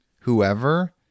whoever